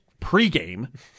pregame